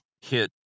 hit